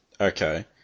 Okay